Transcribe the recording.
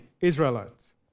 Israelites